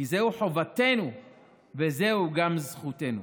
כי זוהי חובתנו וזוהי גם זכותנו.